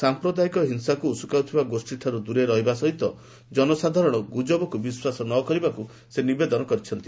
ସାଂପ୍ରଦାୟିକ ହିଂସାକୁ ଉସୁକାଉଥିବା ଗୋଷ୍ଠୀଠାରୁ ଦୂରେଇ ରହିବା ସହିତ ଜନସାଧାରଣ ଗୁଜବକୁ ବିଶ୍ୱାସ ନ କରିବାକୁ ଆହ୍ପାନ ଦେଇଛନ୍ତି